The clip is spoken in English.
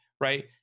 right